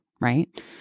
right